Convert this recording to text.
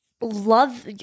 love